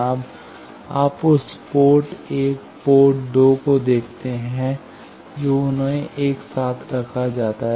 अब आप उस पोर्ट 1 और पोर्ट 2 को देखते हैं जो उन्हें एक साथ रखा जाता है